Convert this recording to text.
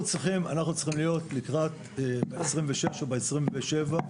אנחנו צריכים להיות לקראת 26, או ב-27,